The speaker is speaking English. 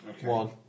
One